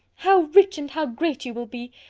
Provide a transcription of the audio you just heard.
how rich and how great you will be!